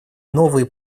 новые